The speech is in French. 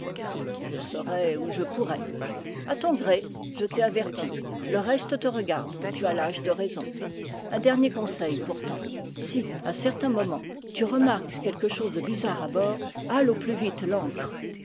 je serai où je pourrai a ton gré je t'ai averti le reste te regarde tu as l'âge de raison un dernier conseil pourtant si à certain moment tu remarques quelque chose de bizarre à bord hale au plus vite